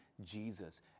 Jesus